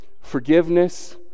forgiveness